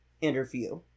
interview